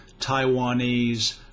Taiwanese